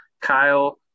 Kyle